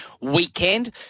weekend